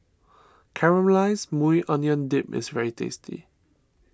Caramelized Maui Onion Dip is very tasty